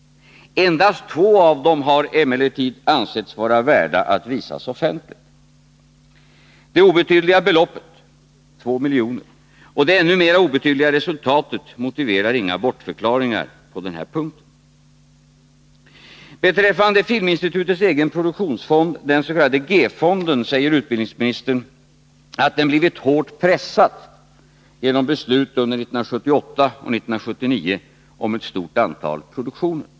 Endast två av dem har emellertid ansetts vara värda att visas offentligt. Det obetydliga beloppet, 2 milj.kr., och det ännu obetydligare resultatet motiverar inga bortförklaringar på den här punkten. Beträffande Filminstitutets egen produktionsfond, den s.k. G-fonden, säger utbildningsministern att den har blivit hårt pressad genom beslut under 1978 och 1979 om ett stort antal produktioner.